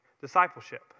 discipleship